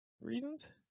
Reasons